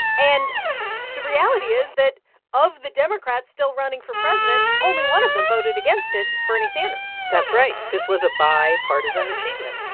and the reality is that of the democrats still running for president, only one of them voted against it bernie sanders that's right. this was a bipartisan achievement.